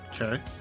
Okay